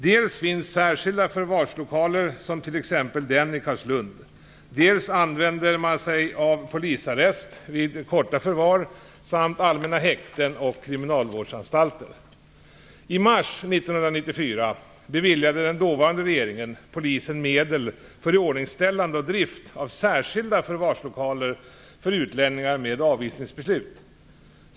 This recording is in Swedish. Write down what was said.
Dels finns särskilda förvarslokaler som t.ex. den i Carlslund, dels använder man sig av polisarrest vid korta förvar, samt allmänna häkten och kriminalvårdsanstalter. I mars 1994 beviljade den dåvarande regeringen polisen medel för iordningställande och drift av särskilda förvarslokaler för utlänningar med avvisningsbeslut.